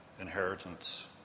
inheritance